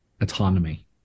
autonomy